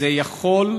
זה יכול,